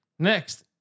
Next